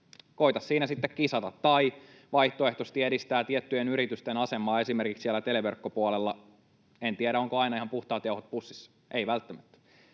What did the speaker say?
koita siinä sitten kisata, tai vaihtoehtoisesti edistävät tiettyjen yritysten asemaa esimerkiksi siellä televerkkopuolella. En tiedä, onko aina ihan puhtaat jauhot pussissa, ei välttämättä,